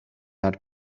not